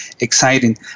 exciting